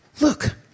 look